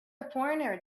foreigner